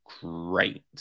great